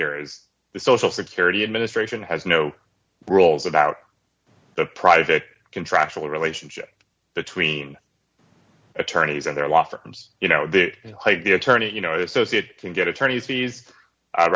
here is the social security administration has no rules about the private contractual relationship between attorneys and their law firms you know that you know quite the attorney you know associate can get attorneys fees